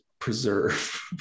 preserve